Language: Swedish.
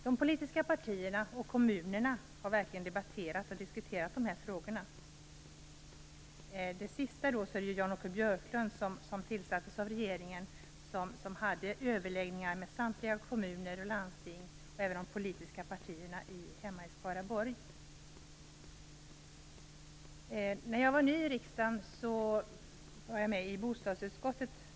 De politiska partierna och kommunerna har verkligen debatterat och diskuterat de här frågorna. Jan-Åke Björklund, som tillsatts av regeringen har haft överläggningar med samtliga kommuner och landsting och även med de politiska partierna hemma i Skaraborg. När jag var ny i riksdagen var jag ersättare i bostadsutskottet.